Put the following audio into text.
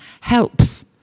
helps